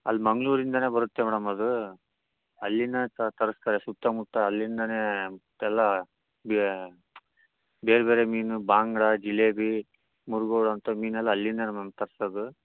ಅಲ್ಲಿ ಮಂಗ್ಳೂರಿಂದಲೇ ಬರುತ್ತೆ ಮೇಡಮ್ ಅದು ಅಲ್ಲಿಂದಲೇ ತರಿಸ್ತಾರೆ ಸುತ್ತಮುತ್ತ ಅಲ್ಲಿಂದಲೇ ಮತ್ತೆಲ್ಲ ಬೆ ಬೇರೆ ಬೇರೆ ಮೀನು ಬಂಗುಡೆ ಜಿಲೇಬಿ ಮುರುಗೋಡು ಅಂಥ ಮೀನೆಲ್ಲ ಅಲ್ಲಿಂದಲೇ ಮ್ಯಾಮ್ ತರಿಸೋದು